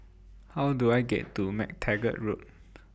How Do I get to MacTaggart Road